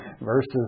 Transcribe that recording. verses